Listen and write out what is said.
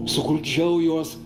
suguldžiau juos